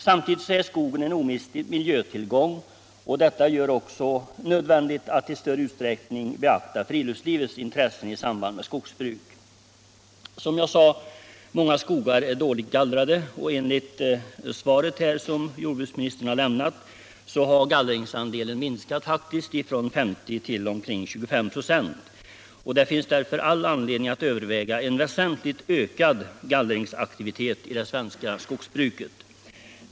Samtidigt är skogen en omistlig miljötillgång, och detta gör det också nödvändigt att i större utsträckning beakta friluftslivets intressen i samband med skogsbruk. Som jag sade är många av våra skogar dåligt gallrade. Enligt det svar som jordbruksministern lämnade har gallringsandelen faktiskt minskat från 50 96 till omkring 25 96. Det finns därför all anledning att överväga en väsentligt ökad gallringsaktivitet i det svenska skogsbruket.